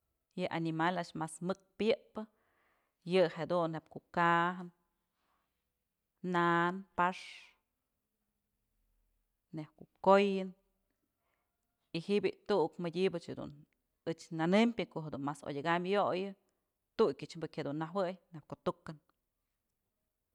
Yë animal a'ax mas mëk pyëpë yë jedun neyb ko'o kajën, na'an pa'ax, nejk ku'u koyën y ji'i bi'i tu'uk mëdyëbëch dun ëch nënëmpyë ko'o jedun mas odyëkam yo'oyë tukyëch bëkyë dun najuëy ko'o tukë.